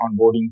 onboarding